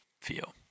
feel